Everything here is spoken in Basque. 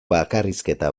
bakarrizketa